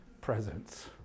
presence